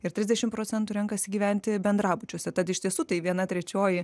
ir trisdešimt procentų renkasi gyventi bendrabučiuose tad iš tiesų tai viena trečioji